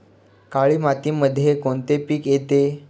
काळी मातीमध्ये कोणते पिके येते?